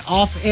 off